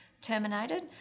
terminated